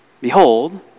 behold